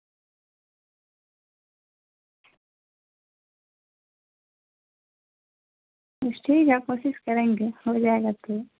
اور بھی اس کے فاسٹ چارجنگ ہیں بہت ساری چیزیں ہیں اس میں ڈبل سم ہے سپوٹڈ ہے اس کے اور one twenty one twenty eight G B کا اور ٹو